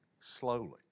slowly